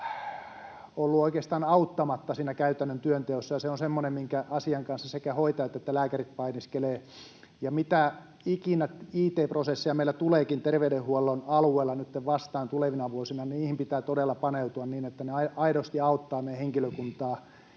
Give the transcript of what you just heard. olleet oikeastaan auttamatta siinä käytännön työnteossa... Se on semmoinen, minkä asian kanssa sekä hoitajat että lääkärit painiskelevat, ja mitä ikinä it-prosessia meillä tuleekin terveydenhuollon alueella nytten vastaan tulevina vuosina, niin niihin pitää todella paneutua niin, että ne aidosti auttavat myös henkilökuntaa